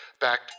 Back